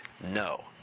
no